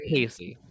Casey